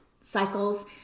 cycles